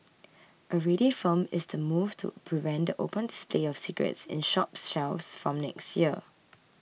already firm is the move to prevent the open display of cigarettes in shop shelves from next year